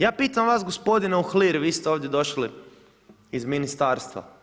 Ja pitam vas gospodine Uhlir, vi ste ovdje došli iz ministarstva.